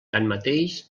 tanmateix